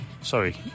sorry